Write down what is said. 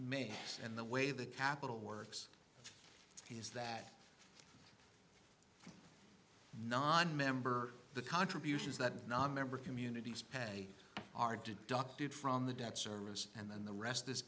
made and the way the capital works is that nonmember the contributions that nonmembers communities pay are deducted from the debt service and then the rest this